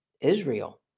Israel